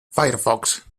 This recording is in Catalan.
firefox